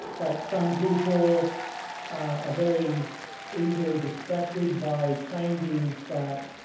that some people are very easily distracted by changes that